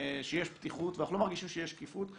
שיש פתיחות, ואנחנו לא מרגישים שיש שקיפות.